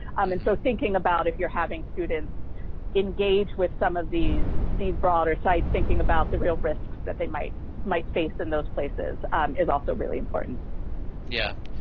um and so thinking about if you're having students engage with some of these these broader sites thinking about the real risks that they might might face in those places is also really important. mike yeah,